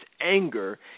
anger